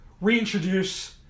reintroduce